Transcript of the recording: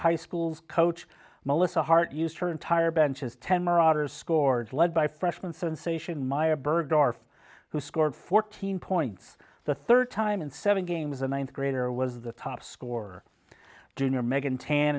high school coach melissa hart used her entire benches ten marauders scored led by freshman sensation maya bergdorf who scored fourteen points the third time in seven games a ninth grader was the top scorer junior meghan tan